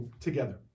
together